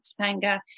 Topanga